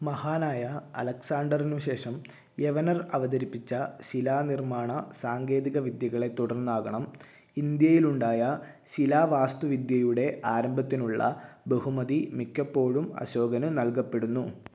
മഹാനായ അലക്സാണ്ടറിനുശേഷം യവനർ അവതരിപ്പിച്ച ശിലാനിർമ്മാണ സാങ്കേതികവിദ്യകളെ തുടർന്നാകണം ഇന്ത്യയിലുണ്ടായ ശിലാവാസ്തുവിദ്യയുടെ ആരംഭത്തിനുള്ള ബഹുമതി മിക്കപ്പോഴും അശോകന് നൽകപ്പെടുന്നു